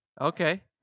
Okay